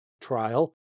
trial